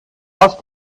aus